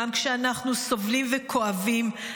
גם כשאנחנו סובלים וכואבים,